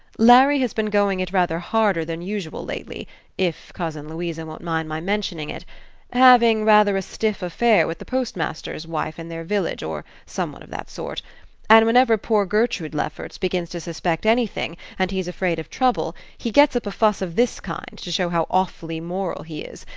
larry has been going it rather harder than usual lately if cousin louisa won't mind my mentioning it having rather a stiff affair with the postmaster's wife in their village, or some one of that sort and whenever poor gertrude lefferts begins to suspect anything, and he's afraid of trouble, he gets up a fuss of this kind, to show how awfully moral he is,